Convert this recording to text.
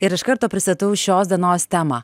ir iš karto pristatau šios dienos temą